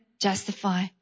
justify